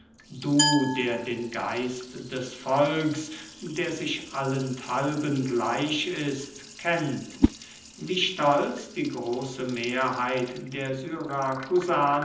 du der den geist des volks der sich allenthalben gleich ist kennt wie stolz die große mehrheit der